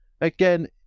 Again